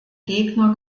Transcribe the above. gegner